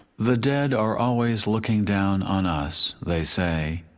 the dead are always looking down on us, they say.